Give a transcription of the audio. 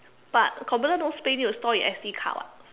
but computer no space need to store in S_D card [what]